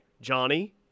Johnny